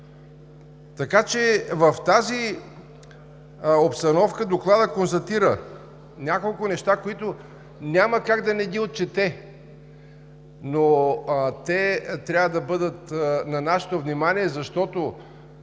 война. В тази обстановка Докладът констатира няколко неща, които няма как да не ги отчете, но те трябва да бъдат на нашето внимание, защото